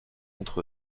contre